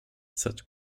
such